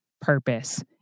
purpose